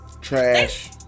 Trash